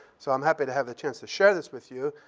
so i'm happy to have the chance to share this with you.